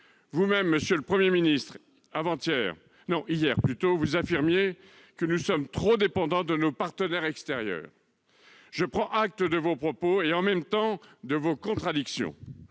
Vous-même, monsieur le Premier ministre, vous affirmiez hier que nous sommes trop dépendants de nos partenaires extérieurs. Je prends acte de vos propos et, en même temps, de vos contradictions.